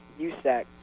USAC